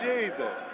Jesus